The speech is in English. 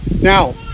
now